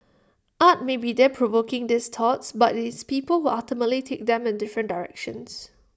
art may be there provoking these thoughts but IT is people who ultimately take them in different directions